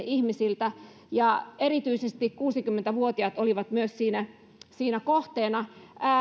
ihmisiltä tukea erityisesti kuusikymmentä vuotiaat olivat myös siinä kohteena